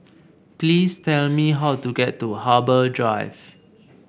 please tell me how to get to Harbour Drive